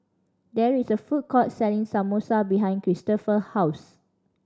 there is a food court selling Samosa behind Cristopher house